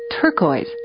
turquoise